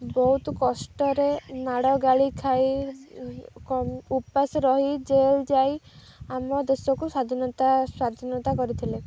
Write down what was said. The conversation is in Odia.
ବହୁତ କଷ୍ଟରେ ମାଡ଼ ଗାଳି ଖାଇ ଉପାସ ରହି ଜେଲ ଯାଇ ଆମ ଦେଶକୁ ସ୍ୱାଧୀନତା ସ୍ୱାଧୀନତା କରିଥିଲେ